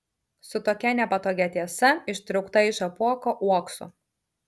su tokia nepatogia tiesa ištraukta iš apuoko uokso